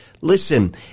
listen